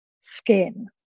skin